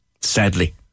Sadly